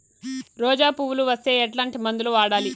రోజా పువ్వులు వస్తే ఎట్లాంటి మందులు వాడాలి?